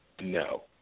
No